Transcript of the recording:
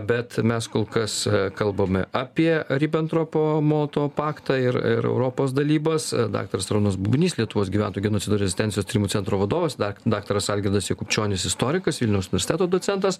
bet mes kol kas kalbame apie ribentropo molotovo paktą ir ir europos dalybas daktaras arūnas bubnys lietuvos gyventojų genocidoir rezistencijos tyrimų centro vadovas da daktaras algirdas jakubčionis istorikas vilniaus universiteto docentas